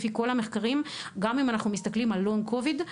לפי כל המחקרים וגם אם אנחנו מסתכלים על לונג קוביד,